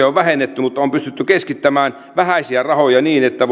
on vähennetty niin on pystytty keskittämään vähäisiä rahoja niin että